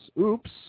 Oops